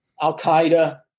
Al-Qaeda